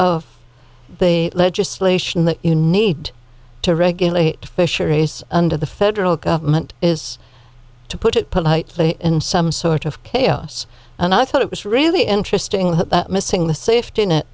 of the legislation that you need to regulate fisheries under the federal government is to put it politely in some sort of chaos and i thought it was really interesting missing the safety net